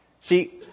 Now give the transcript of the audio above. See